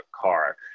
car